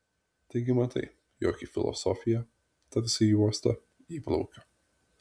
taigi matai jog į filosofiją tarsi į uostą įplaukiu